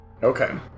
Okay